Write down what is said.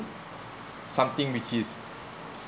something which is